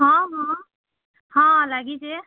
ହଁ ହଁ ହଁ ଲାଗିଛେ